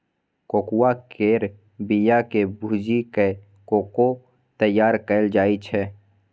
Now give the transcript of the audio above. cocoa केर बिया केँ भूजि कय कोको तैयार कएल जाइ छै